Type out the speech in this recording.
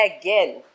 again